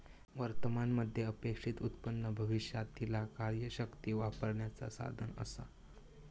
वर्तमान मध्ये अपेक्षित उत्पन्न भविष्यातीला कार्यशक्ती वापरण्याचा साधन असा